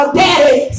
daddy